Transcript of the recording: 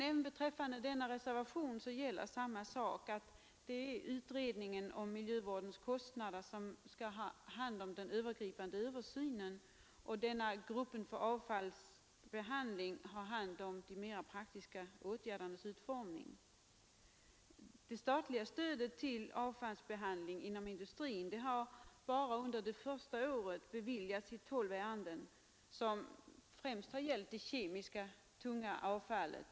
Även beträffande denna reservation gäller samma sak, att utredningen om miljövårdens kostnader har hand om den övergripande översynen, och gruppen för avfallsbehandling har hand om de mera praktiska åtgärdernas utformning. Statligt stöd till avfallsbehandling inom industrin har under det första året beviljats i tolv ärenden, som företrädesvis gällt det kemiska, tunga avfallet.